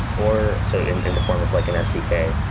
or so in the form of like an sdk,